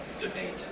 debate